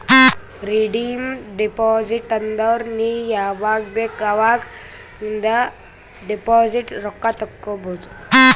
redeem deposit ಅಂದುರ್ ನೀ ಯಾವಾಗ್ ಬೇಕ್ ಅವಾಗ್ ನಿಂದ್ ಡೆಪೋಸಿಟ್ ರೊಕ್ಕಾ ತೇಕೊಬೋದು